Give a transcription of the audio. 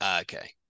Okay